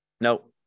No